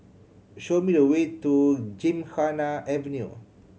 show me the way to Gymkhana Avenue